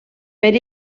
per